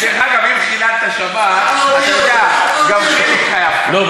דרך אגב, אם חיללת שבת, אתה יודע, לא.